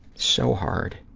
so hard.